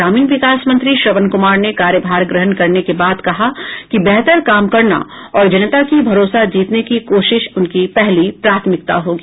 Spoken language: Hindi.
ग्रामीण विकास मंत्री श्रवण कुमार ने कार्यभार ग्रहण करने के बाद कहा कि बेहतर काम करना और जनता की भरोसा जीतने की कोशिश उनकी पहली प्राथमिकता होगी